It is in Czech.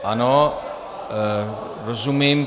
Ano, rozumím.